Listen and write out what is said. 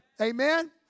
amen